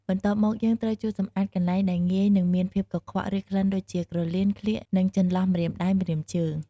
បន្ទាប់មកយើងត្រូវជូតសម្អាតកន្លែងដែលងាយនឹងមានភាពកខ្វក់ ឬក្លិនដូចជា ក្រលៀន ក្លៀក និងចន្លោះម្រាមដៃ ម្រាមជើង។